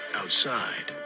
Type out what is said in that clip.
outside